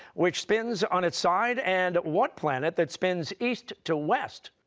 which spins on its side, and what planet that spins east to west?